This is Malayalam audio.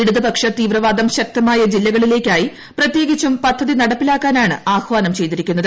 ഇടത്പക്ഷ തീവ്രവാദം ശക്തമായ ജില്ലകളിലേയ്ക്കായി പ്രത്യേകിച്ചും പദ്ധതി നടപ്പിലാക്കാനാണ് ആഹ്വാനം ചെയ്തിരിക്കുന്നത്